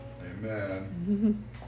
Amen